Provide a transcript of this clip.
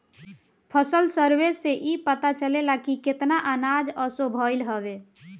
फसल सर्वे से इ पता चलेला की केतना अनाज असो भईल हवे